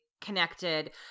connected